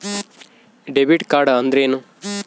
Debit card ಅಂದ್ರೇನು?